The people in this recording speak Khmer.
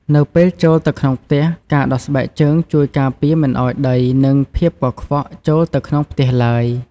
នៅពេលចូលទៅក្នុងផ្ទះ ការដោះស្បែកជើងជួយការពារមិនឱ្យដីនិងភាពកខ្វក់ចូលទៅក្នុងផ្ទះឡើយ។